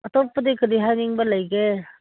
ꯑꯇꯣꯞꯞꯗꯤ ꯀꯔꯤ ꯍꯥꯏꯅꯤꯡꯕ ꯂꯩꯒꯦ